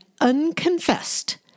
unconfessed